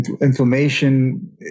inflammation